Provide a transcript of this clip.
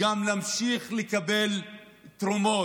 וגם להמשיך לקבל תרומות.